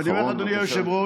ואני אומר, אדוני היושב-ראש,